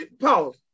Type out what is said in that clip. pause